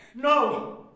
No